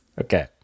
Okay